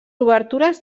obertures